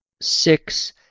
six